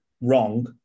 wrong